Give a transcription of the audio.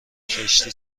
کشتی